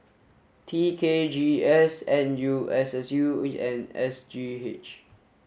T K G S N U S S U and S G H